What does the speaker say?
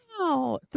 Wow